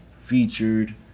featured